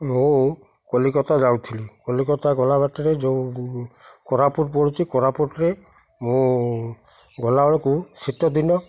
ମୁଁ କଲିକତା ଯାଉଥିଲି କଲିକତା ଗଲା ବାଟରେ ଯେଉଁ କୋରାପୁଟ ପଡ଼ୁଛି କୋରାପୁଟରେ ମୁଁ ଗଲାବେଳକୁ ଶୀତ ଦିନ